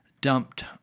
dumped